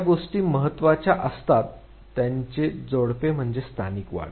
ज्या गोष्टी महत्वाच्या असतात त्यांची जोडपे म्हणजे स्थानिक वाढ